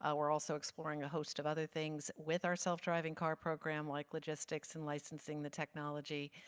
ah we're also exploring a host of other things with our self-driving car program like logistics and licensing the technology.